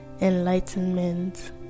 enlightenment